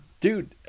Dude